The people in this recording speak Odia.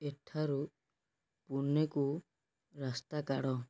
ଏଠାରୁ ପୁନେକୁ ରାସ୍ତା କାଢ଼